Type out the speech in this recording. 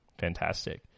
Fantastic